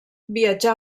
viatjà